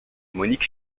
monique